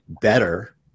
better